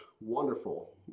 wonderful